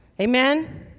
Amen